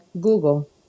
Google